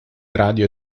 radio